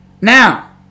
Now